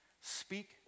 speak